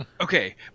Okay